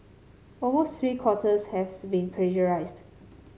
almost three quarters has been plagiarised